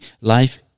life